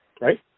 right